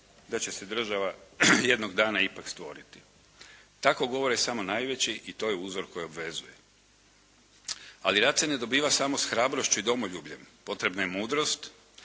da će se država jednog dana ipak stvoriti." Tako govore samo najveći i to je uzor koji obvezuje, ali rat se ne dobiva samo s hrabrošću i domoljubljem, potrebna je mudrost,